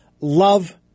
love